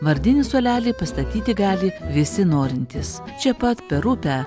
vardinį suolelį pastatyti gali visi norintys čia pat per upę